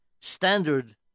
standard